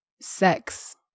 sex